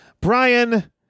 Brian